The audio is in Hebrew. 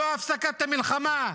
לא הפסקת המלחמה,